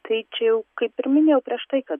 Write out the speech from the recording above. tai čia jau kaip ir minėjau prieš tai kad